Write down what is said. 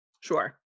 Sure